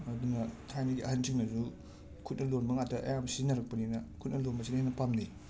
ꯑꯗꯨꯅ ꯊꯥꯏꯅꯒꯤ ꯑꯍꯟꯁꯤꯡꯅꯖꯨ ꯈꯨꯠꯅ ꯂꯣꯟꯕ ꯉꯥꯇ ꯑꯌꯥꯝꯕ ꯁꯤꯖꯤꯟꯅꯔꯛꯄꯅꯤꯅ ꯈꯨꯠꯅ ꯂꯣꯟꯕꯖꯤꯅ ꯍꯦꯟꯅ ꯄꯥꯝꯅꯩ